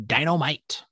Dynamite